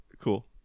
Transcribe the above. cool